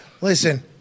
Listen